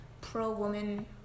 pro-woman